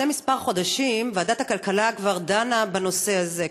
לפני חודשים מספר ועדת הכלכלה כבר דנה בנושא הזה.